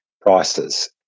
prices